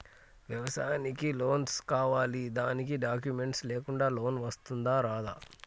వ్యవసాయానికి లోన్స్ కావాలి దానికి డాక్యుమెంట్స్ లేకుండా లోన్ వస్తుందా రాదా?